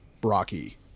Brocky